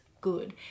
good